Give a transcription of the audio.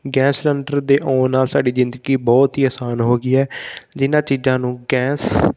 gas cylinder ਦੇ ਆਉਣ ਨਾਲ ਸਾਡੀ ਜ਼ਿੰਦਗੀ ਬਹੁਤ ਹੀ ਆਸਾਨ ਹੋ ਗਈ ਹੈ ਜਿਹਨਾਂ ਚੀਜ਼ਾਂ ਨੂੰ ਗੈਸ